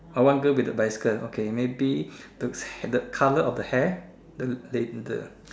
ah one girl with the bicycle okay maybe the the color of the hair the they the